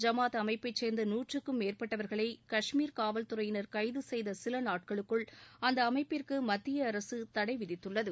ஜமாத் அமைப்பைச் சேர்ந்த நூற்றுக்கும் மேற்பட்டவர்களை காஷ்மீர் காவல் துறையினர் கைது செய்த சில நாட்களுக்குள் அந்த அமைப்பிற்கு மத்திய அரசு தடை விதித்துள்ளது